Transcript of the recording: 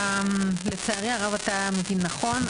לצערי הרב אתה מבין נכון.